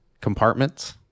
compartments